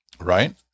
right